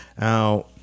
now